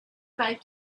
five